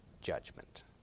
judgment